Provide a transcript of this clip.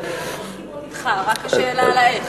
כאן אנחנו מסכימות אתך, רק השאלה על האיך.